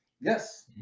Yes